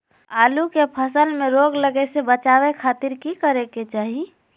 आलू के फसल में रोग लगे से बचावे खातिर की करे के चाही?